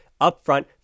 upfront